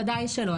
וודאי שלא.